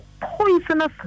poisonous